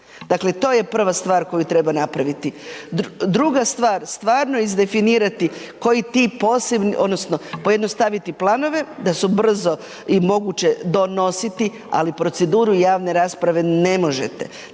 Dakle, to je prva stvar koju treba napraviti. Druga stvar, stvarno izdefinirati koji ti posebni odnosno pojednostaviti planove da su brzo i moguće donositi, ali proceduru javne rasprave ne možete.